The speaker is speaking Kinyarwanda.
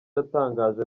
yatangaje